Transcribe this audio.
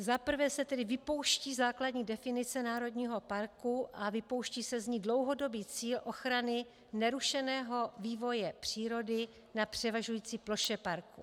Za prvé se tedy vypouští základní definice národního parku a vypouští se z ní dlouhodobý cíl ochrany nerušeného vývoje přírody na převažující ploše parku.